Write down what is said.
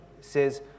says